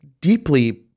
deeply